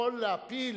שיכול להפיל